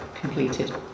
completed